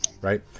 right